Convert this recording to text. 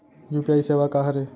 UPI सेवा का हरे?